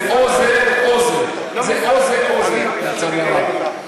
זה או זה או זה, לצערי הרב.